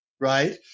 right